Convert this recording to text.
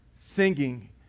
singing